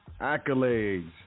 accolades